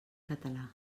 català